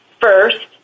First